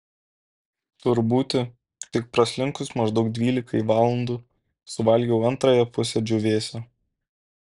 tur būti tik praslinkus maždaug dvylikai valandų suvalgiau antrąją pusę džiūvėsio